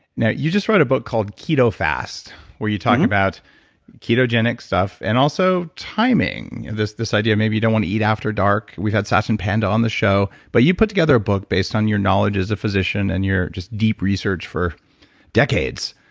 now, you just wrote a book called keto fast where you talked about ketogenic stuff and also timing. this this idea of maybe you don't want to eat after dark, we had sasha and banks and on the show. but you put together a book based on your knowledge as a physician, and you're just deep research for decades.